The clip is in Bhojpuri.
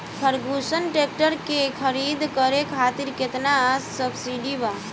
फर्गुसन ट्रैक्टर के खरीद करे खातिर केतना सब्सिडी बा?